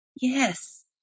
Yes